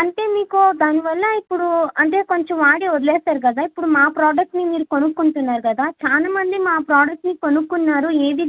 అంటే మీకు దానివల్ల ఇప్పుడు అంటే కొంచెం వాడి వదిలేసారు కదా ఇప్పుడు మా ప్రోడక్ట్ని మీరు కొనుక్కుంటున్నారు కదా చాలామంది మా ప్రోడక్ట్ని కొనుక్కున్నారు ఏది